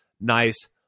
nice